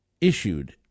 issued